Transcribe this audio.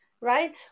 right